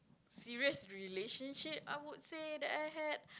serious relationship I would say that I had